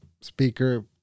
speaker